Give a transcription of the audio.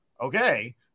okay